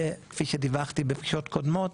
וכפי שדיווחתי בפגישות קודמות,